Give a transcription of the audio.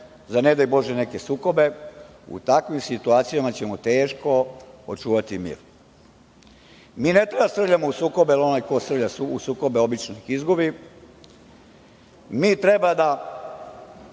za ne daj Bože neke sukobe, u takvim situacijama ćemo teško očuvati mir. Ne treba da srljamo u sukobe, jer onaj ko srlja u sukobe obično ih izgubi. Mi treba da